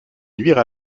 nuire